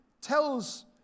tells